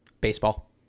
Baseball